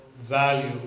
value